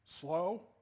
slow